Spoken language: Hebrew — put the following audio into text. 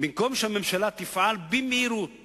במקום שהממשלה תפעל במהירות